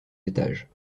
étages